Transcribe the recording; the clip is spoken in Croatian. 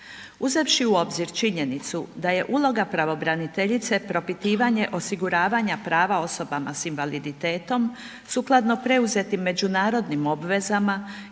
Uzevši u obzir činjenicu da je uloga pravobraniteljice propitivanje osiguravanja prava osobama s invaliditetom sukladno preuzetim međunarodnim obvezama